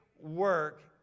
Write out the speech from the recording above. work